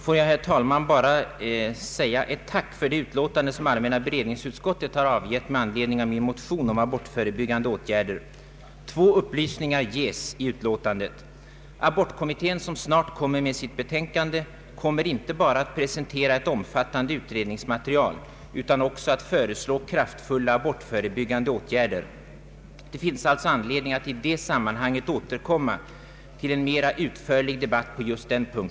Herr talman! Låt mig bara tacka för det utlåtande som allmänna beredningsutskottet har avgett med anledning av min motion om abortförebyggande åtgärder. Två upplysningar ges nämligen i detta utlåtande: Abortkommittén, som snart framlägger sitt betänkande, kommer inte bara att presentera ett mycket omfattande - utredningsmaterial utan också att föreslå kraftfulla abortförebyggande åtgärder. Det finns alltså anledning att i det sammanhanget återkomma till en mera utförlig debatt på just denna punkt.